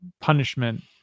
punishment